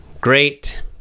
great